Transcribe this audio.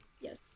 Yes